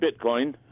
Bitcoin